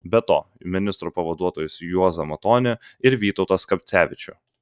be to ministro pavaduotojus juozą matonį ir vytautą skapcevičių